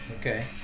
Okay